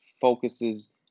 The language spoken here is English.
focuses